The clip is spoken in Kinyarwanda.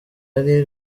yari